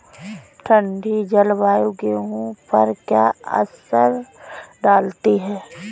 ठंडी जलवायु गेहूँ पर क्या असर डालती है?